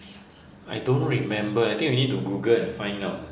I don't remember I think we need to Google and find out